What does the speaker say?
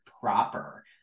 proper